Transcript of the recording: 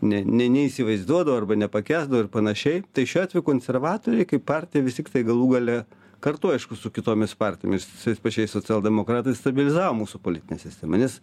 ne ne neįsivaizduodavo arba nepakęsdavo ir panašiai tai šiuo atveju konservatoriai kaip partija vis tiktai galų gale kartu aišku su kitomis partijomis su tais pačiais socialdemokratais stabilizavo mūsų politinę sistemą nes